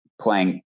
playing